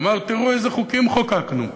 הוא אמר: תראו איזה חוקים חוקקנו,